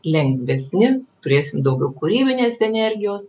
lengvesni turėsim daugiau kūrybinės energijos